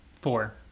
Four